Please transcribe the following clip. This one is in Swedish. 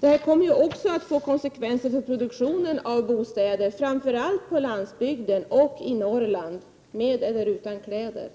Det här kommer också att få konsekvenser för produktionen av bostäder, framför allt på landsbygden och i Norrland — med eller utan moms på kläder.